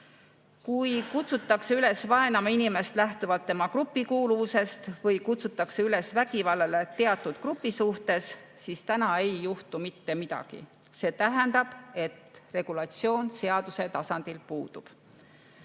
Kui kutsutakse üles vaenama inimest lähtuvalt tema grupikuuluvusest või kutsutakse üles vägivallale teatud grupi suhtes, siis täna ei juhtu mitte midagi. See tähendab, et regulatsioon seaduse tasandil puudub.